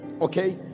okay